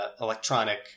electronic